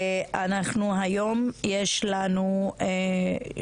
היום יש לנו את